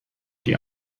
die